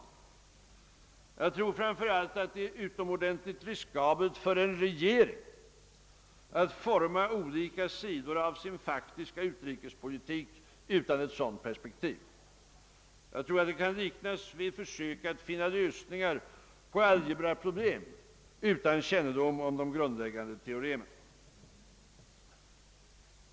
Jag tror framför allt att det är utomordentligt riskabelt för en regering att forma olika sidor av sin faktiska utrikespolitik utan ett sådant perspektiv. Jag tror att det kan liknas vid ett försök att finna lösningar på algebraproblem utan kännedom om de grundläggande teoremen.